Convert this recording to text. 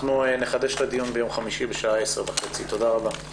אנחנו נחדש את הדיון ביום חמישי בשעה 10:30. תודה רבה.